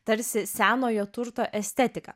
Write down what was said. tarsi senojo turto estetiką